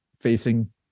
facing